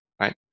Right